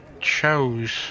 chose